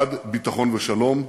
1. ביטחון ושלום,